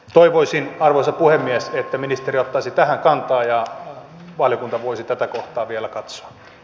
toivoisin arvoisa puhemies että ministeri ottaisi tähän kantaa ja valiokunta voisi tätä kohtaa vielä katsoa